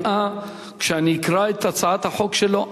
במליאה כשאני אקרא את שם הצעת החוק שלו,